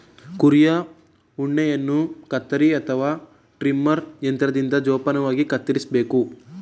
ಕುರಿಯ ಉಣ್ಣೆಯನ್ನು ಕತ್ತರಿ ಅಥವಾ ಟ್ರಿಮರ್ ಯಂತ್ರದಿಂದ ಜೋಪಾನವಾಗಿ ಕತ್ತರಿಸಬೇಕು